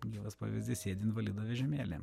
gyvas pavyzdys sėdi invalido vežimėlyje